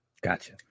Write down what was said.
Gotcha